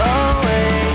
away